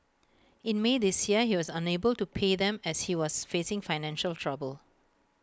in may this year he was unable to pay them as he was facing financial trouble